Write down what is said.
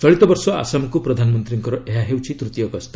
ଚଳିତ ବର୍ଷ ଆସାମକୁ ପ୍ରଧାନମନ୍ତ୍ରୀଙ୍କର ଏହା ତୂତୀୟ ଗସ୍ତ